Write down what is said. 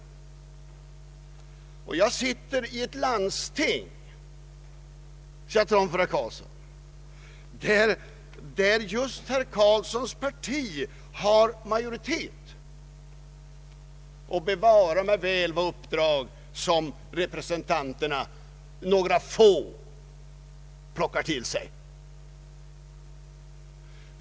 Jag sitter i ett landsting, där herr Carlssons parti har majoritet, och bevare mig väl så många uppdrag några få representanter där plockar till sig.